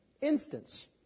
instance